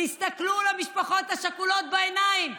תסתכלו למשפחות השכולות בעיניים.